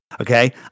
Okay